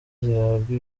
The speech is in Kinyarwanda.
zihabwa